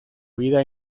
vida